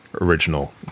original